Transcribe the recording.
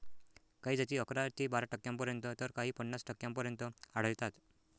काही जाती अकरा ते बारा टक्क्यांपर्यंत तर काही पन्नास टक्क्यांपर्यंत आढळतात